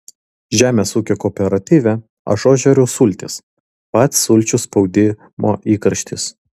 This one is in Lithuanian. žemės ūkio kooperatyve ažuožerių sultys pats sulčių spaudimo įkarštis